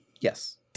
Yes